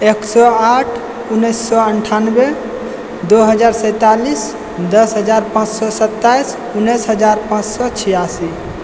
एक सए आठ उन्नैस सए अनठानबे दो हजार सैंतालिस दस हजार पाँच सए सत्ताइस उन्नैस हजार पाँच सए छिआसी